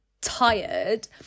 tired